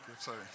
sorry